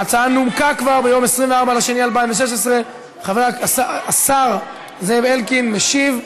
ההצעה נומקה כבר ביום 24 בפברואר 2016. השר זאב אלקין משיב,